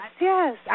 yes